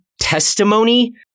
testimony